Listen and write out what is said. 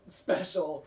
special